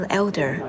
elder